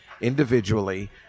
individually